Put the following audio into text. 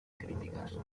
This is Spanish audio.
críticas